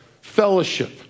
fellowship